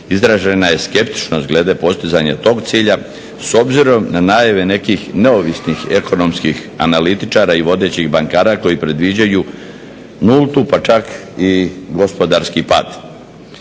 izražena je skeptičnost glede postizanja toga cilja s obzirom na najave nekih neovisnih ekonomskih analitičara i vodećih bankara koji predviđaju nultu pa čak i gospodarski pad.